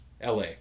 LA